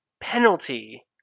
Penalty